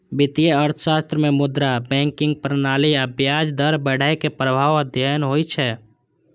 वित्तीय अर्थशास्त्र मे मुद्रा, बैंकिंग प्रणाली आ ब्याज दर बढ़ै के प्रभाव अध्ययन होइ छै